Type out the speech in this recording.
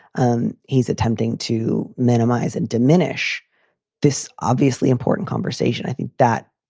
um he's attempting to minimize and diminish this obviously important conversation. i think that